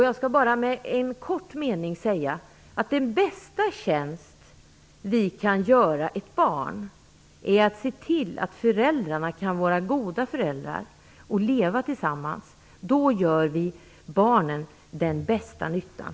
Jag skall bara kortfattat säga att den bästa tjänst som vi kan göra ett barn är att se till att föräldrarna kan vara goda föräldrar och leva tillsammans. Då gör vi barnen den bästa nyttan.